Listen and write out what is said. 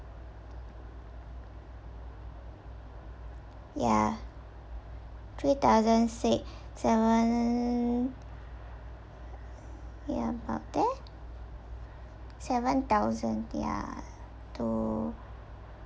ya three thousand six seven ya about there seven thousand ya to